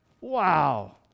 Wow